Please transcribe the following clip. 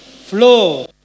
Flow